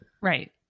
Right